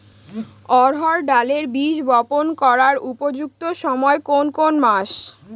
অড়হড় ডালের বীজ বপন করার উপযুক্ত সময় কোন কোন মাস?